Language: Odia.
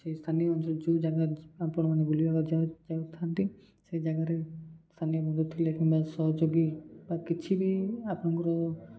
ସେଇ ସ୍ଥାନୀୟ ଅଞ୍ଚଳ ଯେଉଁ ଜାଗା ଆପଣମାନେ ବୁଲିବାକୁ ଯାଉଥାନ୍ତି ସେ ଜାଗାରେ ସ୍ଥାନୀୟ ମନ୍ଦିର ଥିଲେ କିମ୍ବା ସହଯୋଗୀ ବା କିଛି ବି ଆପଣଙ୍କର